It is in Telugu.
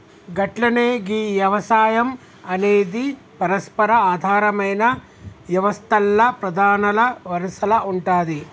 గట్లనే గీ యవసాయం అనేది పరస్పర ఆధారమైన యవస్తల్ల ప్రధానల వరసల ఉంటాది